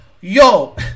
Yo